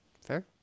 fair